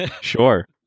Sure